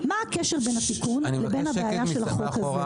מה הקשר בין התיקון לבין הבעיה של החוק הזה?